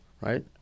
right